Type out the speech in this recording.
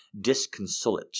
disconsolate